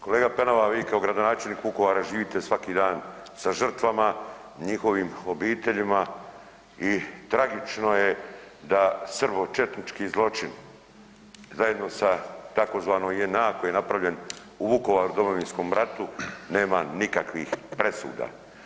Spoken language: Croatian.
Kolega Penava, vi kao gradonačelnik Vukovara živite svaki dan sa žrtvama, njihovim obiteljima i tragično je da srbo-četnički zločin zajedno sa tzv. JNA koji je napravljen u Vukovaru, Domovinskom ratu nema nikakvih presuda.